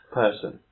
person